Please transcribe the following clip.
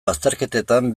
azterketetan